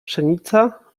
pszenica